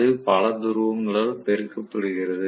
அது பல துருவங்களால் பெருக்கப்படுகிறது